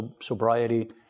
sobriety